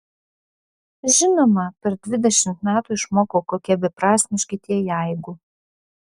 žinoma per dvidešimt metų išmokau kokie beprasmiški tie jeigu